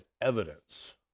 evidence